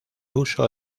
uso